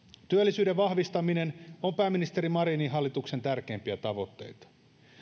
työllisyyden vahvistaminen on pääministeri marinin hallituksen tärkeimpiä tavoitteita